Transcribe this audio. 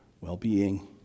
well-being